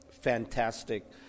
fantastic